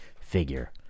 figure